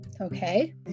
okay